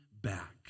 back